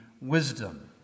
wisdom